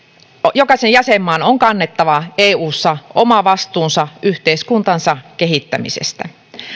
jokaisen jäsenmaan on kannettava eussa oma vastuunsa yhteiskuntansa kehittämisestä